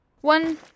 One